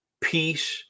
peace